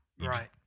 Right